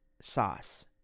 sauce